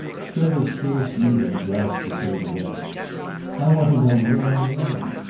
strether scarce needed at last to say the rest i want to know where i am.